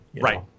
Right